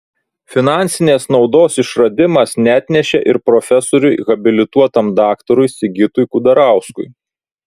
finansinės naudos išradimas neatnešė ir profesoriui habilituotam daktarui sigitui kudarauskui